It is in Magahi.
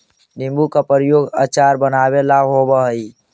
नींबू का प्रयोग अचार बनावे ला होवअ हई